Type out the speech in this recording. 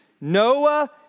Noah